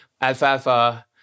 alfalfa